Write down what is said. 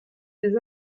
des